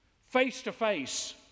face-to-face